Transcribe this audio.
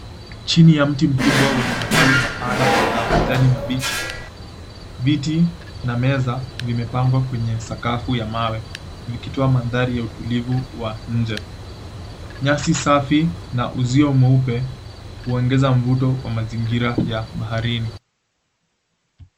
Chini ya mti mkubwa wenye matawi mapana na majani mabichi, viti na meza zimepangwa kwenye sakafu ya mawe vikitoa mandhari ya utulivu wa nje. Nyasi safi na uzio mweupe kuongeza mvuto wa mazingira ya baharini.